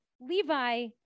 Levi